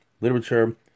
literature